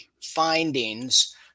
findings